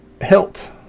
hilt